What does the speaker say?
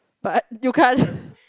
but you can't